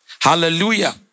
Hallelujah